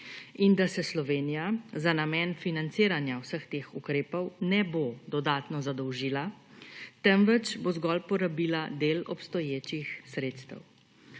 in da se Slovenija za namen financiranja vseh teh ukrepov, ne bo dodatno zadolžila, temveč bo zgolj porabila del obstoječih sredstev.